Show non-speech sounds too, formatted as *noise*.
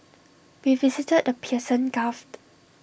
we visited the Persian gulf *unintelligible*